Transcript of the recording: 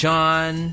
John